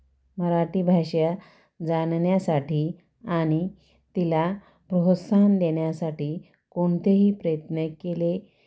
मराठी भाषा जाणण्यासाठी आणि तिला प्रोत्साहन देण्यासाठी कोणतेही प्रयत्न केले